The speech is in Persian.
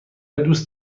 دوست